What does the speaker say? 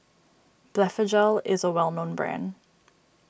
Blephagel is a well known brand